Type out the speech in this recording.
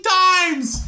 times